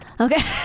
Okay